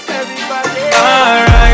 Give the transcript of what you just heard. Alright